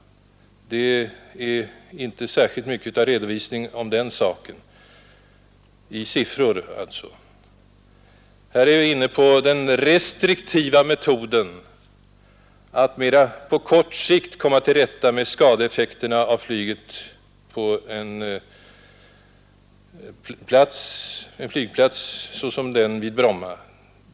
Det finns inte särskilt mycket av siffermässig redovisning om den saken. Här är vi inne på den restriktiva metoden att mera på kort sikt komma till rätta med skadeeffekterna av flyget på en flygplats så som den i Bromma.